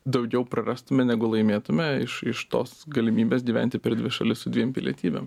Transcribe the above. daugiau prarastume negu laimėtume iš iš tos galimybės gyventi per dvi šalis su dviem pilietybėm